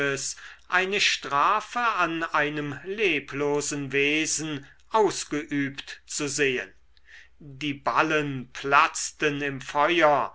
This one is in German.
eine strafe an einem leblosen wesen ausgeübt zu sehen die ballen platzten im feuer